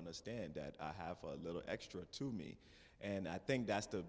understand that i have a little extra to me and i think that's the